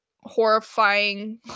horrifying